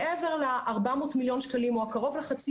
מעבר ל-400 מיליון שקלים או קרוב לחצי